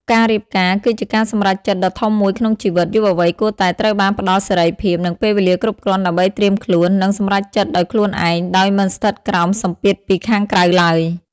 ការរៀបការគឺជាការសម្រេចចិត្តដ៏ធំមួយក្នុងជីវិត យុវវ័យគួរតែត្រូវបានផ្តល់សេរីភាព និងពេលវេលាគ្រប់គ្រាន់ដើម្បីត្រៀមខ្លួន និងសម្រេចចិត្តដោយខ្លួនឯង ដោយមិនស្ថិតក្រោមសម្ពាធពីខាងក្រៅឡើយ ។